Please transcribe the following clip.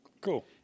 Cool